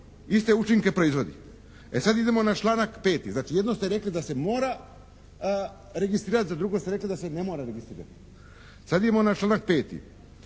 iste učinke proizvodi. E sad idemo na članak 5. Znači jedno ste rekli da se mora registrirati, a drugo ste rekli da se ne mora registrirati. Sad idemo na članak 5.